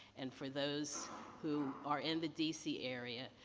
and, for those who are in the dc area,